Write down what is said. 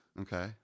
okay